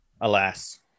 Alas